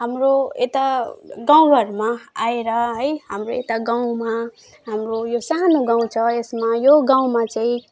हाम्रो यता गाउँघरमा आएर है हाम्रो यता गाउँमा हाम्रो यो सानो गाउँ छ यसमा यो गाउँमा चाहिँ